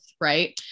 right